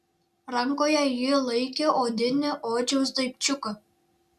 rankoje ji laikė odinį odžiaus daikčiuką